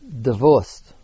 divorced